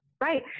right